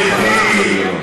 גברתי,